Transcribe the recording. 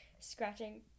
scratching